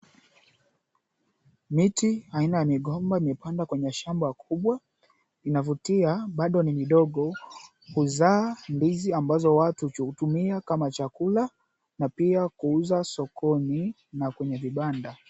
Miti aina ya migomba imepandwa kwenye shamba kubwa, inavutia. Bado ni midogo, huzaa ndizi ambazo watu hutumia kama chakula na pia kuuza sokoni na kwenye vibanda.